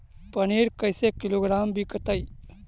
पनिर कैसे किलोग्राम विकतै?